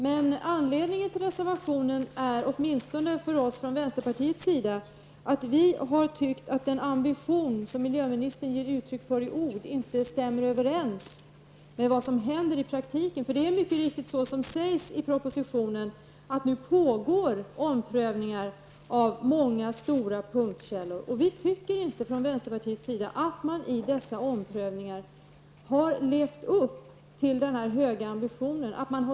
Men anledningen till att reservationen framställdes är -- åtminstone enligt oss i vänsterpartiet -- att vi tyckte att den ambition som miljöministern ger uttryck för i ord inte stämmer överens med vad som i praktiken händer. Det är mycket riktigt så som det står i propositionen, nämligen att omprövningar nu pågår beträffande många stora punktkällor. Vi i vänsterpartiet tycker inte att man när det gäller dessa omprövningar har levt upp till den höga ambition som det talas om.